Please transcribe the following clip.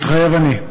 מתחייב אני.